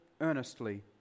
earnestly